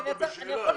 אתה לא חזרת בשאלה.